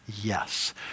Yes